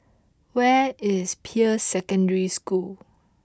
where is Peirce Secondary School